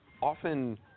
often